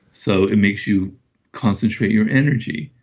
so it makes you concentrate your energy.